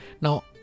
Now